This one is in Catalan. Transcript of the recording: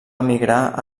emigrar